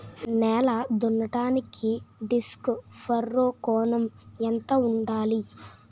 నేల దున్నడానికి disc furrow కోణం ఎంత ఉండాలి?